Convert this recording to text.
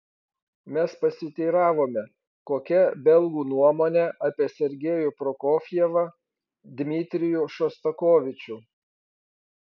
mes pasiteiravome kokia belgų nuomonė apie sergejų prokofjevą dmitrijų šostakovičių